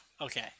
okay